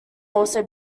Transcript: also